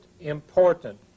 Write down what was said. important